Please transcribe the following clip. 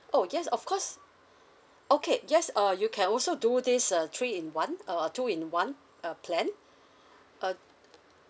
oh yes of course okay yes uh you can also do this uh three in one uh uh two in one uh plan uh